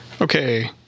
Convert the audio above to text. Okay